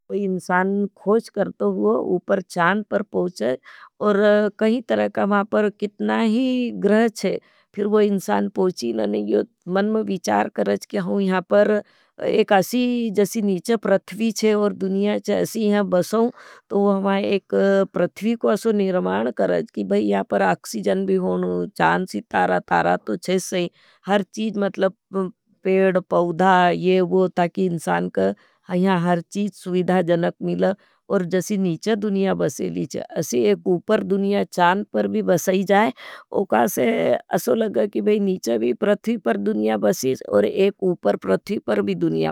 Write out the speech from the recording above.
इन्सान खोच करते हूँ उपर चान पर पोचे और कहीं तरह का माँपर कितना ही ग्रह छे फिर वो इंसान पोची न नहीं गियों। मन में विचार करते हूँ कि एक अशी जसी नीच प्रत्वी चे और दुनिया चे अशी यहां बसों तो वो हमा एक प्रत्वी को अशो निर्मान करते हूँ। कि यहां पर आक्सिजन भी होनू चान सी तारा तारा तो छे। सही हर चीज मतलब पेड़, पवधा ये वो ताकि इंसान क हैं। यहां हर चीज सुविधा जनक मिल और जसी नीच दुनिया बसे ली चे। अशी एक उपर दुनिया चान पर भी बसाई जाए ओकासे अशो लगगा। कि बही नीच भी प्रत्वी पर दुनिया बसी ज और एक उपर प्रत्वी पर भी दुनिया।